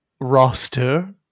roster